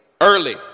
early